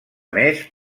més